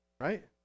right